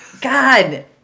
God